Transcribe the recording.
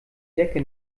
decke